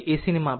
તે ACને માપે છે